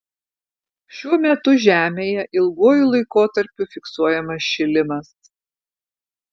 šiuo metu žemėje ilguoju laikotarpiu fiksuojamas šilimas